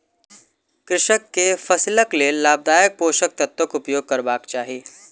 कृषक के फसिलक लेल लाभदायक पोषक तत्वक उपयोग करबाक चाही